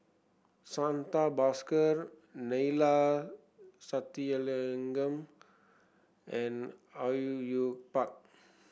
Santha Bhaskar Neila Sathyalingam and Au Yue Yue Pak